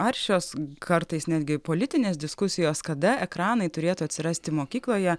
aršios kartais netgi politinės diskusijos kada ekranai turėtų atsirasti mokykloje